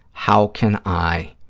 how can i